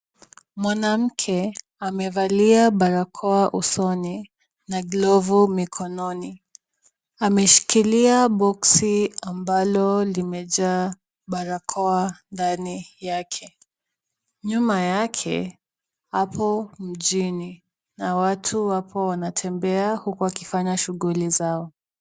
Mwanammke amevalia barakoa usoni na glovu mikononi . Ameshikilia boksi ambalo linamejaa barakoa ndani yake Nyuma yake hapo mjini. Na watu wapo wanatembea huku wakifanya shughuli zao.